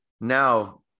Now